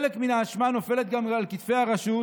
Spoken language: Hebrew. חלק מן האשמה נופלת גם על כתפי הרשות,